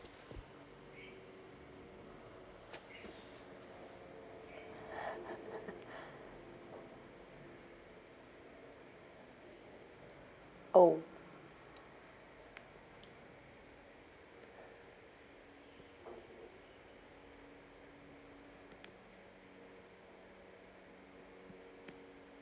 oh